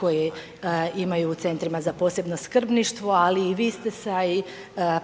koje imaju u Centrima za posebno skrbništvo, ali i vi ste se, a i